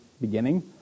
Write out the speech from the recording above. beginning